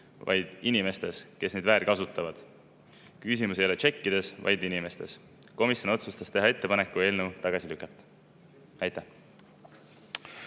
pigem inimestes, kes neid hüvitisi väärkasutavad. Küsimus ei ole tšekkides, vaid inimestes. Komisjon otsustas teha ettepaneku eelnõu tagasi lükata. Aitäh!